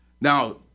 Now